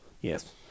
yes